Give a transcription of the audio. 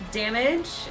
damage